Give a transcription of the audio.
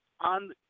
on